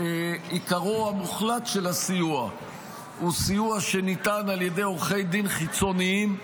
שעיקרו המוחלט של הסיוע הוא סיוע שניתן על ידי עורכי דין חיצוניים.